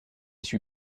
suis